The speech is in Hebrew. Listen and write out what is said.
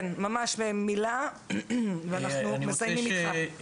כן, כן ממש במילה ואנחנו מסיימים איתך.